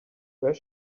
where